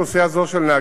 שנים.